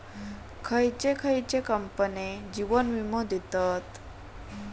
खयचे खयचे कंपने जीवन वीमो देतत